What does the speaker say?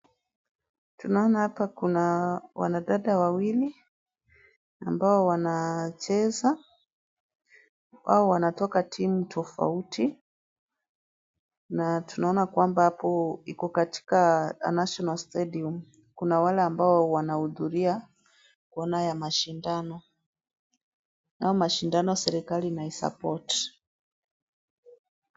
Tunaona hapa kuna wanadada wawili, ambao wanacheza. Hawa wanatoka timu tofauti, na tunaona kwamba hapo iko katika national stadium . Kuna wale ambao wamehudhuria kuona hayo mashindano. Haya mashindano serikali inai support .